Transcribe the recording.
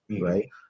right